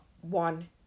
one